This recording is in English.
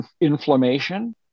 inflammation